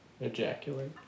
ejaculate